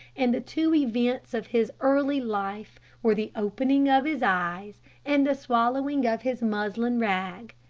and the two events of his early life were the opening of his eyes and the swallowing of his muslin rag.